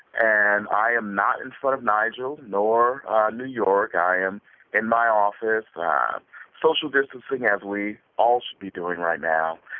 and i am not in front of nigel nor new york. i am in my office um social distancing as we all should be doing right now.